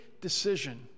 decision